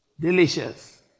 Delicious